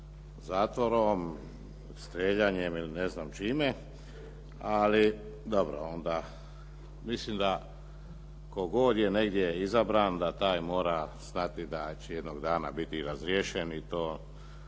zatvorom, strijeljanjem ili ne znam čime, ali dobro, onda mislim da tko god je negdje izabran da taj mora znati da će jednog dana biti razriješen i to